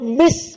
miss